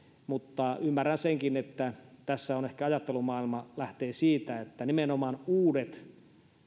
mutta ymmärrän senkin että tässä ehkä ajattelumaailma lähtee siitä että nimenomaan uudet